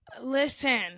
Listen